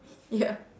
ya